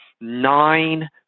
nine